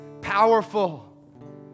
powerful